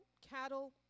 cattle